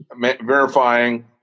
verifying